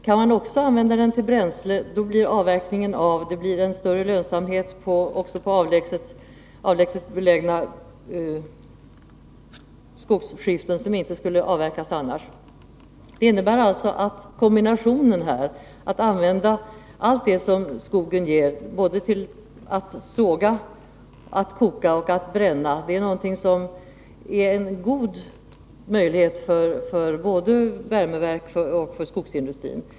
Kan man också använda råvaran till bränsle, så blir avverkningen av, och det blir bättre lönsamhet även på avlägset belägna skogsskiften där man inte skulle avverka annars. Kombinationen — att använda allt det som skogen ger, till att såga, till att koka och till att bränna — innebär en god möjlighet för både värmeverk och skogsindustri.